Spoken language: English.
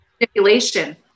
manipulation